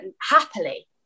happily